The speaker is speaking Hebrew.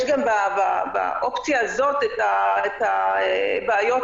הוא גם לא בא להחליף באופן טוטלי ביקורים